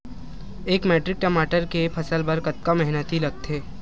एक मैट्रिक टमाटर के फसल बर कतका मेहनती लगथे?